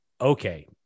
okay